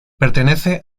pertenece